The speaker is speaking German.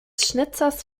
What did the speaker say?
schnitzers